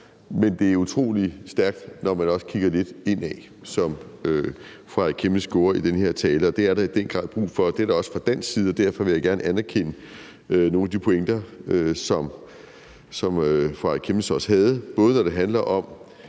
men det er utrolig stærkt, når man også kigger lidt indad, sådan som fru Aaja Chemnitz gjorde i den her tale, og det er der i den grad brug for, og det er der også fra dansk side. Derfor vil jeg gerne anerkende nogle af de pointer, som fru Aaja Chemnitz havde,